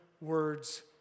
words